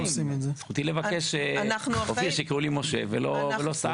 זכותי שייקראו לי משה ולא סעדה.